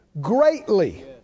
greatly